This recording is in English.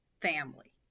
family